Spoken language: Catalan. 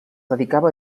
dedicava